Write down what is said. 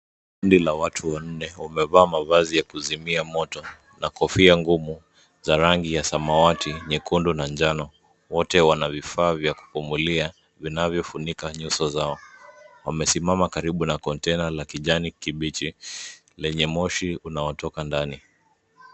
Kundi la watu wanne, wamevaa mavazi ya kuzimia moto na kofia ngumu za rangi ya samawati, nyekundu na njano. Wote wana vifaa vya kupumulia, vinavyofunika nyuso zao. Wamesimama karibu na container la kijani kibichi, lenye moshi unaotoka ndani.